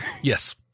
Yes